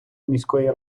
міської